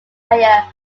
mayor